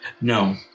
No